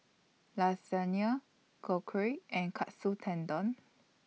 Lasagna Korokke and Katsu Tendon